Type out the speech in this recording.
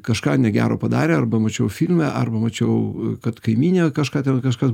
kažką negero padarė arba mačiau filme arba mačiau kad kaimynė kažką ten kažkas